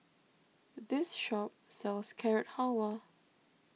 this shop sells Carrot Halwa